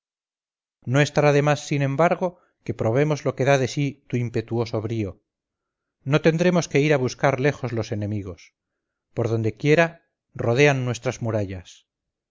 de más sin embargo que probemos lo que da de sí tu impetuoso brío no tendremos que ir a buscar lejos los enemigos por donde quiera rodean nuestras murallas